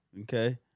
okay